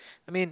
I mean